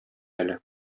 әле